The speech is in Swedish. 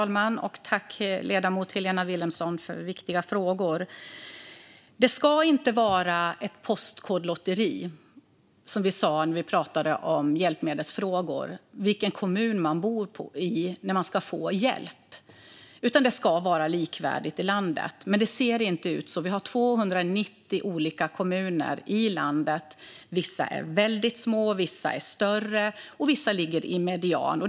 Herr talman! Tack, ledamoten Helena Vilhelmsson, för viktiga frågor! Det ska inte vara ett postkodlotteri, som vi sa när vi pratade om hjälpmedelsfrågor, vilken kommun man bor i när man ska få hjälp. Det ska vara likvärdigt i landet. Dock ser det inte ut så. Vi har 290 olika kommuner i landet. Vissa är väldigt små, vissa är större och vissa ligger på medianen.